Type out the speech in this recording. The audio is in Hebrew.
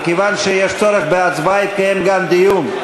מכיוון שיש צורך בהצבעה יתקיים גם דיון.